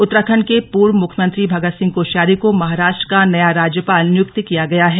उत्तराखंड के पूर्व मुख्यमंत्री भगतसिंह कोश्यारी को महाराष्ट्र का नया राज्यपाल नियुक्त किया गया है